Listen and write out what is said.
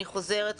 אני חוזרת,